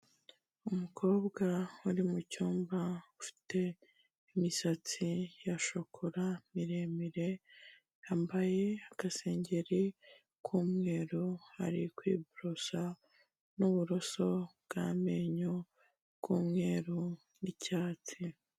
Umukobwa uri mu cyumba, ufite imisatsi ya shokora miremire, yambaye agasengengeri k'umweru, ari kwiborosa n'uburoso bw'amenyo bw'umweru n'icyatsi.